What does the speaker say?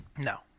No